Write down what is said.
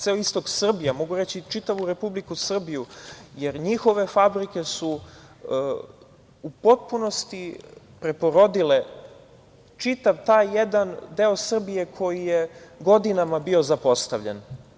Ceo istok Srbije, a mogu reći i čitavu Republiku Srbiju, jer njihove fabrike su u potpunosti preporodile čitav taj jedan deo Srbije koji je godinama bio zapostavljen.